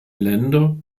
länder